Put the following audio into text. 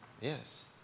Yes